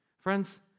Friends